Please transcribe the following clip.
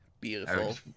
Beautiful